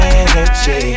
energy